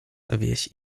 wieś